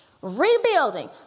rebuilding